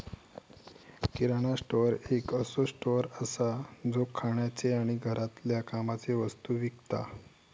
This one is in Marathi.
किराणा स्टोअर एक असो स्टोअर असा जो खाण्याचे आणि घरातल्या कामाचे वस्तु विकता